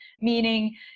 Meaning